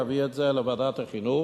יביא את זה לוועדת החינוך.